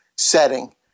setting